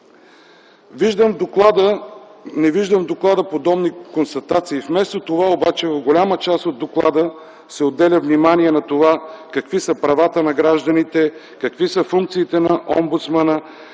Не виждам в доклада подобни констатации. Вместо това обаче в по-голяма част от доклада се отделя внимание на това какви са правата на гражданите, какви са функциите на омбудсмана